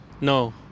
No